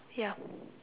yup